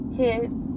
kids